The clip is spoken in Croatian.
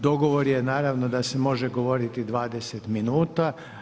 Dogovor je naravno da se može govoriti 20 minuta.